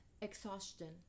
exhaustion